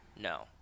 No